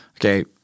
okay